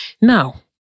Now